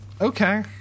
Okay